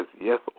yes